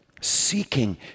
seeking